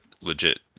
legit